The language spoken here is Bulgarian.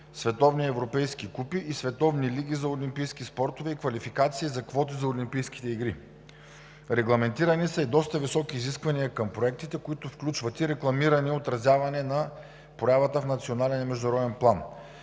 световни и европейски купи и световни лиги за олимпийски спортове и квалификации за квоти за Олимпийските игри. Регламентирани са и доста високи изисквания към проектите, които включват рекламиране и отразяване на проявата в национален и международен план.